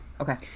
Okay